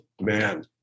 man